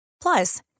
Plus